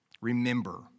remember